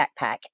backpack